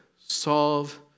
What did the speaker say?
solve